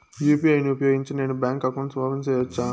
UPI ను ఉపయోగించి నేను బ్యాంకు అకౌంట్ ఓపెన్ సేయొచ్చా?